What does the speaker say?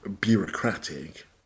bureaucratic